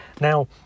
Now